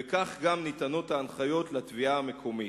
וכך גם ניתנות ההנחיות לתביעה המקומית.